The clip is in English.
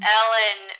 Ellen